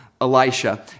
Elisha